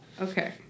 Okay